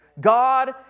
God